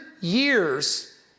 years